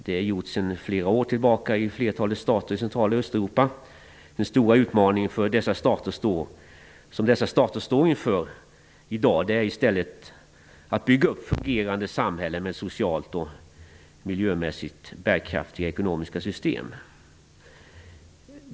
Det är gjort sedan flera år tillbaka i flertalet stater i Central och Östeuropa. Den stora utmaning som dessa stater står inför i dag är i stället att bygga upp fungerande samhällen med socialt och miljömässigt bärkraftiga ekonomiska system.